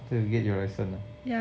after you get your licence ah